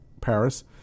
Paris